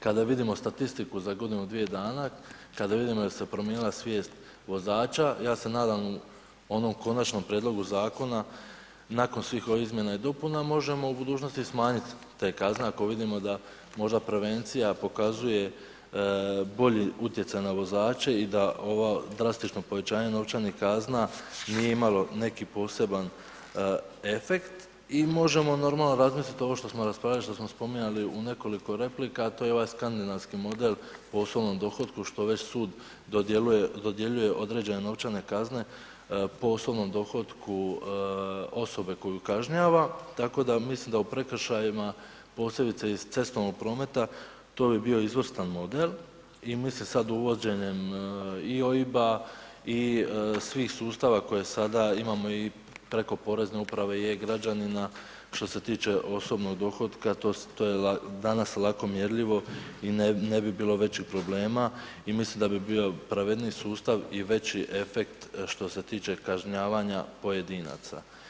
Kada vidimo statistiku za godinu-dvije dana, kada vidimo jel' se promijenila svijest vozača, ja se nadam onom konačnom Prijedlogu Zakona nakon ovih svih Izmjena i dopuna možemo u budućnosti smanjit te kazne ako vidimo da možda prevencija pokazuje bolji utjecaj na vozače i da ovo drastično povećanje novčanih kazna nije imalo neki poseban efekt, i možemo normalno razmislit ovo što smo raspravljali, što smo spominjali u nekoliko replika, a to je ovaj skandinavski model po osobnom dohotku što već Sud dodjeljuje određene novčane kazne po osobnom dohotku osobe koju kažnjava, tako da mislim da u prekršajima, posebice iz cestovnog prometa to bi bio izvrstan model i mislim sad uvođenjem i OIB-a, i svih sustava koje sada imamo i preko Porezne uprave, i e-građanina što se tiče osobnog dohotka, to je danas lako mjerljivo i ne bi bilo većih problema, i mislim da bi bio pravedniji sustav i veći efekt što se tiče kažnjavanja pojedinaca.